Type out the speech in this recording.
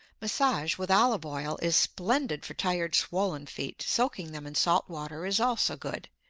massage with olive oil is splendid for tired swollen feet soaking them in salt water is also good.